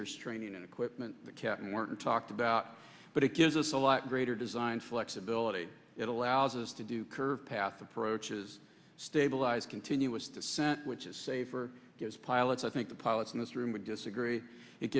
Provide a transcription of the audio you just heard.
there's training and equipment the captain weren't talked about but it gives us a lot greater design flexibility it allows us to do curved path approaches stabilize continuous descent which is safer because pilots i think the pilots in this room would disagree